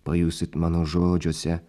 pajusit mano žodžiuose